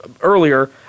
earlier